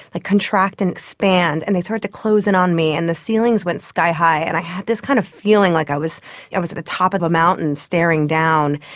like contract and expand, and they started to close in on me and the ceilings went skyhigh and i had this kind of feeling like i was yeah was at the top of a mountain staring down.